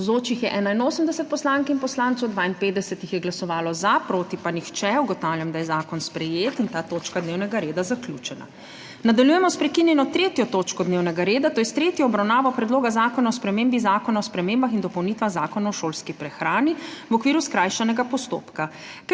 proti pa nihče. (Za je glasovalo 52.) (Proti nihče.) Ugotavljam, da je zakon sprejet in ta točka dnevnega reda zaključena. Nadaljujemo s **prekinjeno 3. točko dnevnega reda, to je s tretjo obravnavo Predloga zakona o spremembi Zakona o spremembah in dopolnitvah Zakona o šolski prehrani v okviru skrajšanega postopka.**